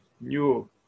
new